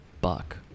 buck